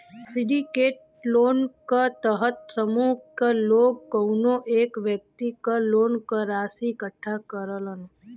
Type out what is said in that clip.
syndicate loan क तहत समूह क लोग कउनो एक व्यक्ति क लोन क राशि इकट्ठा करलन